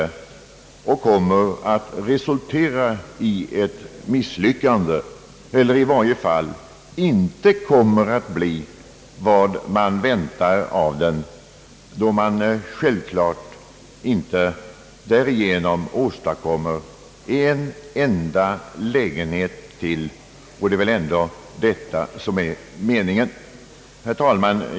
Jag tror det kommer att resultera i ett misslyckande eller i varje fall att det inte kommer att leda till vad man väntar av det, eftersom man med det självklart inte åstadkommer en enda lägenhet till. Det är väl ändå detta som är meningen. Herr talman!